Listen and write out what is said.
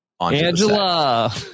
Angela